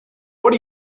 what